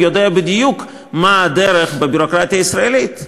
יודע בדיוק מה הדרך בביורוקרטיה הישראלית,